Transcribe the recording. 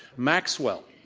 maxwell,